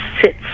sits